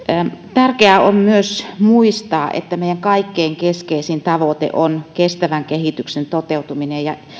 tärkeää on myös muistaa että meidän kaikkein keskeisin tavoite on kestävän kehityksen toteutuminen ja